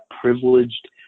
privileged